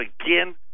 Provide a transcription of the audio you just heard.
again